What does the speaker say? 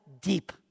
deep